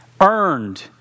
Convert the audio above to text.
earned